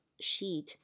sheet